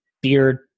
beard